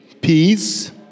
peace